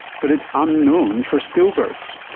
but it's unknown for stillbirths.